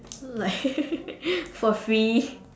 like for free